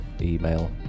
email